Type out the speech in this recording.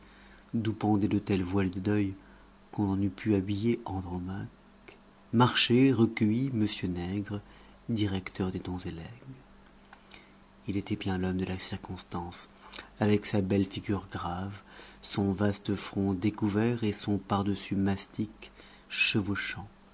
pendaient de tels voiles de deuil qu'on en eût pu habiller andromaque marchait recueilli m nègre directeur des dons et legs il était bien l'homme de la circonstance avec sa belle figure grave son vaste front découvert et son pardessus mastic chevauchant